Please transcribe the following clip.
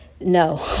No